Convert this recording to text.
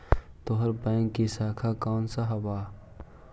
तोहार बैंक की शाखा कौन सा हवअ